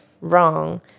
wrong